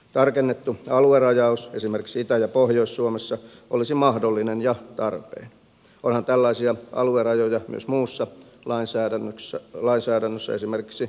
tarkennettu aluerajaus esimerkiksi itä ja pohjois suomessa olisi mahdollinen ja tarpeen onhan tällaisia aluerajoja myös muussa lainsäädännössä esimerkiksi metsästykseen liittyen